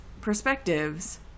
perspectives